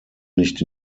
nicht